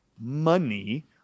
money